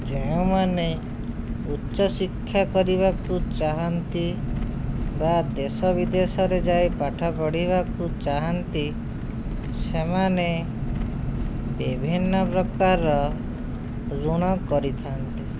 ଯେଉଁମାନେ ଉଚ୍ଚଶିକ୍ଷା କରିବାକୁ ଚାହାଁନ୍ତି ବା ଦେଶବିଦେଶରେ ଯାଇ ପାଠପଢ଼ିବାକୁ ଚାହାଁନ୍ତି ସେମାନେ ବିଭିନ୍ନ ପ୍ରକାରର ଋଣ କରିଥାନ୍ତି